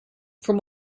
from